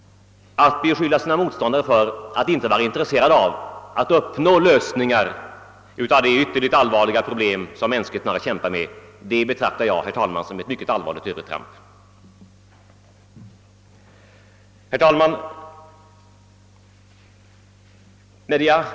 Att beskylla sina motståndare för att inte vara intresserade av att uppnå lösningar av de ytterligt allvarliga problem, som mänskligheten har att brottas med, betraktar jag som ett mycket allvarligt övertramp.